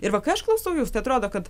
ir va kai aš klausau jūsų tai atrodo kad